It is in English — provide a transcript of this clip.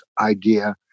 idea